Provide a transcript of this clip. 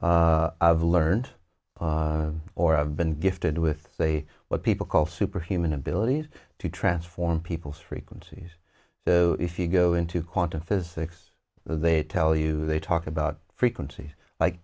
of learned or i've been gifted with a what people call superhuman abilities to transform people's frequencies so if you go into quantum physics they tell you they talk about frequencies like